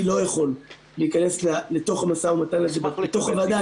אני לא יכול להיכנס לתוך המשא ומתן הזה בתוך הוועדה.